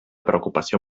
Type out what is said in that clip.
preocupació